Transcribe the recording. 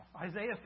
Isaiah